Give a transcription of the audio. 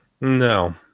No